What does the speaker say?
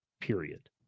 period